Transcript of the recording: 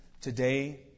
Today